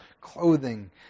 clothing